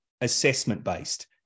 assessment-based